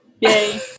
Yay